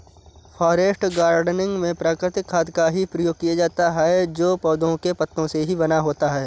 forest gardening में प्राकृतिक खाद का ही प्रयोग किया जाता है जो पौधों के पत्तों से ही बना होता है